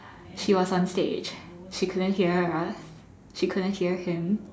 she was on stage she couldn't hear us she couldn't hear him